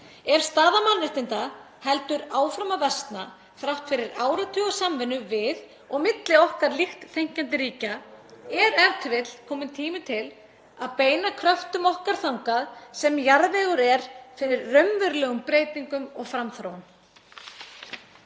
Ef staða mannréttinda heldur áfram að versna þrátt fyrir áratuga samvinnu við og milli okkar líkt þenkjandi ríkja er e.t.v. kominn tími til að beina kröftum okkar þangað sem jarðvegur er fyrir raunverulegum breytingum og framþróun.